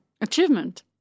Achievement